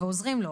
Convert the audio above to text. ועוזרים לו.